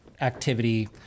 activity